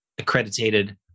accredited